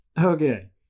Okay